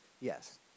Yes